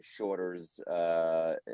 Shorters